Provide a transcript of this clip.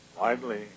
widely